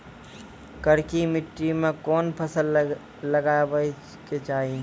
करकी माटी मे कोन फ़सल लगाबै के चाही?